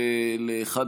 ולכן